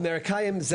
עם כל האמריקאים,